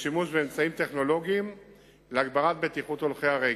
ושימוש באמצעים טכנולוגיים להגברת בטיחות הולכי-הרגל.